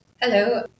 Hello